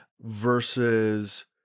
versus